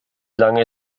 lange